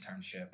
internship